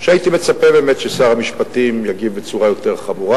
שהייתי מצפה באמת ששר המשפטים יגיב בצורה יותר חמורה.